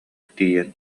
тиийэн